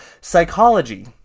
psychology